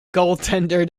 goaltender